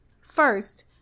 First